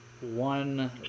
One